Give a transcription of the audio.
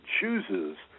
chooses